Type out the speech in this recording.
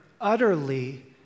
utterly